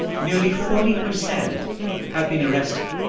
nearly forty percent have been arrested.